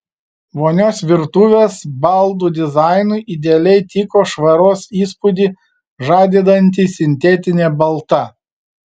vonios virtuvės baldų dizainui idealiai tiko švaros įspūdį žadinanti sintetinė balta